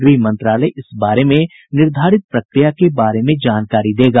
गृह मंत्रालय इस बारे में निर्धारित प्रक्रिया के बारे में जानकारी देगा